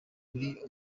uri